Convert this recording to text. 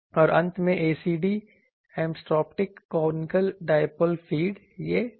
और अंत में ACD asymptotic conical dipole feed यह चीज़ है